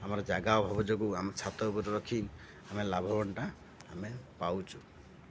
ଆମର ଜାଗା ଅଭାବ ଯୋଗୁ ଆମ ଛାତ ଉପରେ ରଖି ଆମେ ଲାଭବାନଟା ଆମେ ପାଉଛୁ